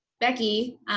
Becky